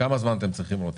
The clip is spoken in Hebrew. כמה זמן אתם צריכים, רותם?